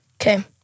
Okay